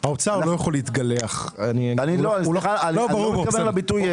הוא נמצא בוועדה, אבל הוא לא בחוק ההסדרים.